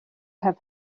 have